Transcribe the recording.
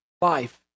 life